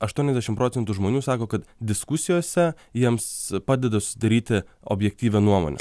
aštuoniasdešim procentų žmonių sako kad diskusijose jiems padeda susidaryti objektyvią nuomonę